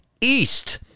East